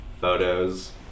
photos